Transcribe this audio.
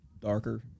darker